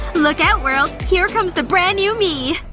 look out, world. here comes the brand new me